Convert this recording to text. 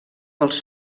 pels